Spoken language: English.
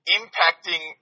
impacting